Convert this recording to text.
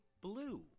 blue